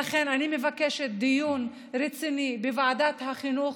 ולכן אני מבקשת דיון רציני בוועדת החינוך